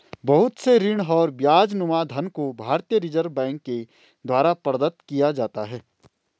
बहुत से ऋण और ब्याजनुमा धन को भारतीय रिजर्ब बैंक के द्वारा प्रदत्त किया जाता है